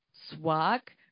swag